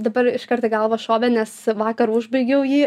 dabar iš karto į galvą šovė nes vakar užbaigiau jį